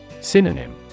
Synonym